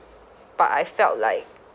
but I felt like